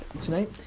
tonight